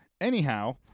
Anyhow